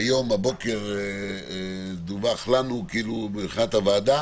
והבוקר דווח לנו מבחינת הוועדה